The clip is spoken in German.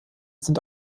sind